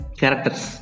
characters